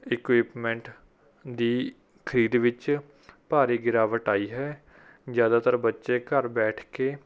equipment ਦੀ ਖਰੀਦ ਵਿੱਚ ਭਾਰੀ ਗਿਰਾਵਟ ਆਈ ਹੈ ਜ਼ਿਆਦਾਤਰ ਬੱਚੇ ਘਰ ਬੈਠ ਕੇ